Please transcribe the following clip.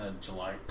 July